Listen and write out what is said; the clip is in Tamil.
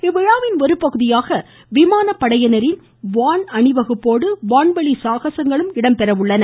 இவ்விழாவின் ஒருபகுதியாக விமான படையினரின் வான் அணிவகுப்போடு வான்வெளி சாகசங்களும் இடம்பெற உள்ளன